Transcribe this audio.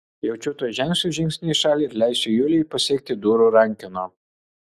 jaučiu tuoj žengsiu žingsnį į šalį ir leisiu julijai pasiekti durų rankeną